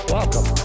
Welcome